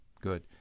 good